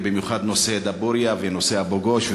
ובמיוחד נושא דבורייה ונושא אבו-גוש,